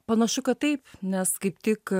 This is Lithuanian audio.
panašu kad taip nes kaip tik